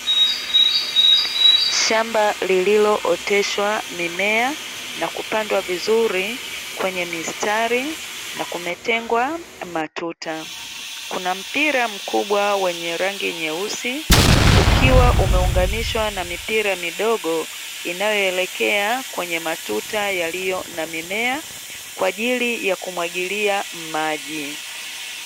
Shamba lililooteshwa mimea na kupandwa vizuri kwenye mistari na kumetengwa matuta, kuna mpira mkubwa wenye rangi nyeusi ukiwa umeunganishwa na mipira midogo inayoelekea kwenye matuta yaliyo na mimea kwa ajili ya kumwagilia maji.